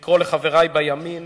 לקרוא לחברי בימין